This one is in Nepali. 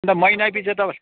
अन्त महिनै पिछे त